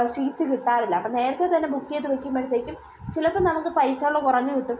seats കിട്ടാറില്ല അപ്പം നേരത്തെ തന്നെ ബുക്ക് ചെയ്ത് വെക്കുമ്പോഴത്തേയ്ക്കും ചിലപ്പം നമുക്ക് പൈസകൾ കുറഞ്ഞ് കിട്ടും